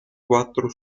quattro